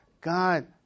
God